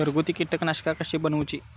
घरगुती कीटकनाशका कशी बनवूची?